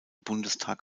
bundestag